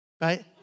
right